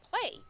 play